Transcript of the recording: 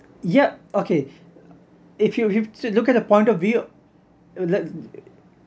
yup okay if you have to look at the point of view